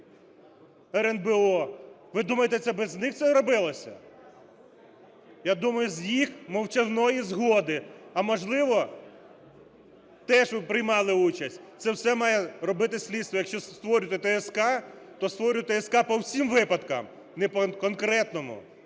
РНБО. Ви думаєте, це без них все робилося? Я думаю, з їх мовчазної згоди, а, можливо, теж приймали участь. Це все має робити слідство. Якщо створюєте ТСК, то створюйте ТСК по всім випадками, не по конкретному.